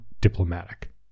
diplomatic